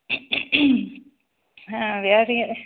വ്യാതി